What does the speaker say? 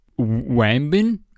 wambin